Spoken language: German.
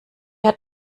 hat